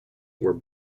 were